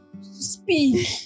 speak